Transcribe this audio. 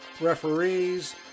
referees